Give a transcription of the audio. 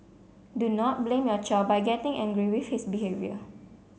do not blame your child by getting angry with his behaviour